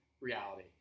reality